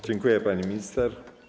Dziękuję, pani minister.